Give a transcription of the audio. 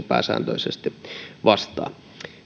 pääsääntöisesti poliisi vastaa siitä